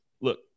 Look